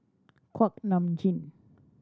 Kuak Nam Jin